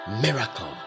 Miracle